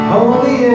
Holy